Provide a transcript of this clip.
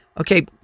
Okay